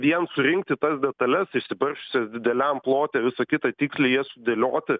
vien surinkti tas detales išsibarsčiusių dideliam plote visa kita tiksliai jas sudėlioti